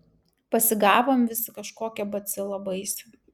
pasigavom visi kažkokią bacilą baisią